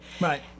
Right